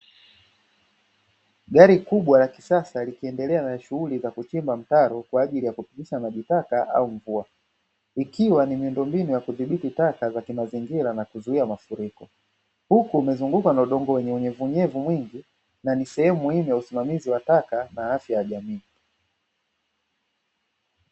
Gari kubwa la kisasa likiendelea na shughuli za kuchimba mtaro kwa ajili ya kupitisha maji taka au mvua, ikiwa ni miundombinu ya kudhibiti taka za kimazingira na kuzuia mafuriko. Huku umezungukwa na udongo wenye unyeveunyevu mwingi, na ni sehemu lililo la usimamizi wa taka na afya ya jamii.